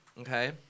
Okay